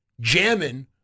jamming